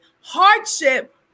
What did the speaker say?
hardship